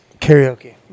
karaoke